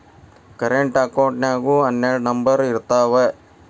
current ಅಕೌಂಟಿಗೂ ಹನ್ನೆರಡ್ number ಇರ್ತಾವ